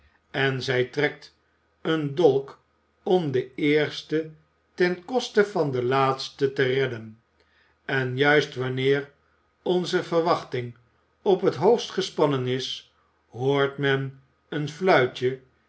en zij trekt een dolk om de eerste ten koste van het laatste te redden en juist wanneer onze verwachting op het hoogst gespannen is hoort men een fluitje